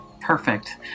Perfect